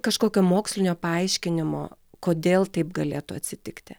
kažkokio mokslinio paaiškinimo kodėl taip galėtų atsitikti